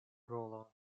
rolon